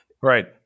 Right